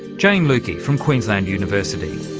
jayne lucke, from queensland university.